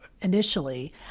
initially